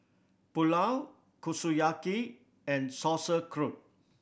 Pulao Kushiyaki and Sauerkraut